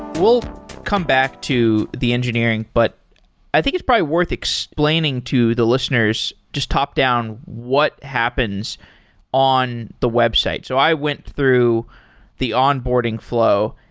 we'll come back to the engineering. but i think it's probably worth explaining to the listeners just top-down what happens on the website. so i went through the onboarding flow.